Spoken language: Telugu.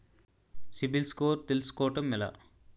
సిబిల్ స్కోర్ తెల్సుకోటం ఎలా?